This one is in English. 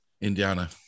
Indiana